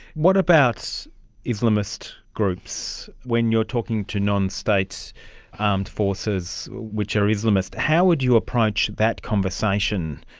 what about islamist groups? when you are talking to non-state armed forces which are islamist, how would you approach that conversation?